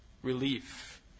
Relief